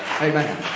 Amen